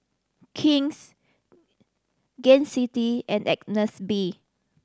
King's Gain City and Agnes B